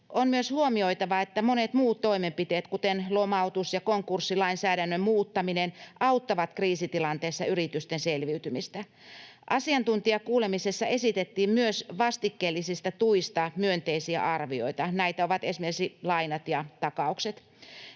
On myös huomioitava, että monet muut toimenpiteet, kuten lomautus- ja konkurssilainsäädännön muuttaminen, auttavat kriisitilanteessa yritysten selviytymistä. Asiantuntijakuulemisessa esitettiin myös vastikkeellisista tuista myönteisiä arvioita. Näitä ovat esimerkiksi lainat ja takaukset.